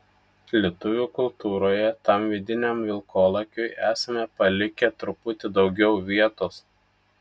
lietuvių kultūroje tam vidiniam vilkolakiui esame palikę truputį daugiau vietos